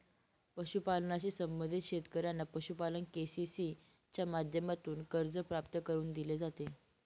पशुपालनाशी संबंधित शेतकऱ्यांना पशुपालन के.सी.सी च्या माध्यमातून कर्ज प्राप्त करून दिले जाते